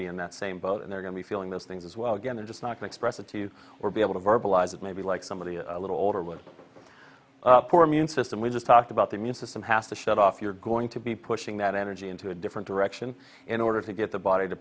be in that same boat and they're going to be feeling this things as well again or just not mixed recipes or be able to verbalize it maybe like somebody a little older with a poor immune system we just talked about the immune system has to shut off you're going to be pushing that energy into a different direction in order to get the body to